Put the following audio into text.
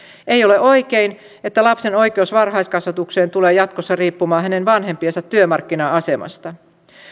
ei ole oikein että lapsen oikeus varhaiskasvatukseen tulee jatkossa riippumaan hänen vanhempiensa työmarkkina asemasta